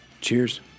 Cheers